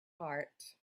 heart